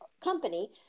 company